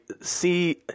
see